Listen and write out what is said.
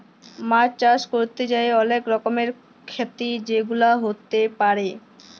মাছ চাষ ক্যরতে যাঁয়ে অলেক রকমের খ্যতি যেগুলা হ্যতে পারে